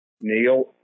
Neil